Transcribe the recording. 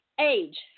Age